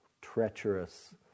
treacherous